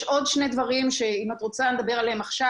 יש עוד שני דברים שאם את רוצה נדבר עליהם עכשיו,